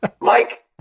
Mike